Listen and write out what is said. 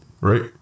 Right